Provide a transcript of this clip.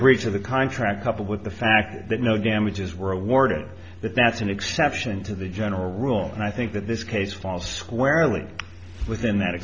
breach of the contract coupled with the fact that no damages were awarded that that's an exception to the general rule and i think that this case falls squarely within that